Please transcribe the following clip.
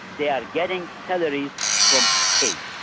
they are getting salaries from state.